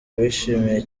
bishimiye